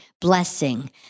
blessing